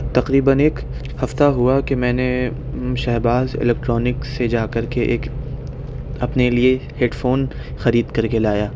تقریباً ایک ہفتہ ہوا کہ میں نے شہباز الکٹرانک سے جاکر کے ایک اپنے لئے ہیڈ فون خرید کر کے لایا